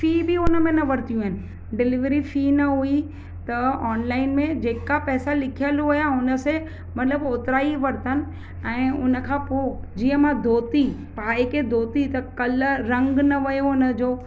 fee ॿि उन मे न वठितियूं आहिनि डिलीवरी फी न हुई त ऑनलाइन मे जेका पैसा लिखियलु हुआ उन खे मतिलबु ओतिरा ई वठितनि ऐं उन खां पोइ जीअं मां धोती पाए करे धोती त कलर रंग न वियो हुन जो